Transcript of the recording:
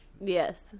yes